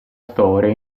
storia